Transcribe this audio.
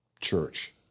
church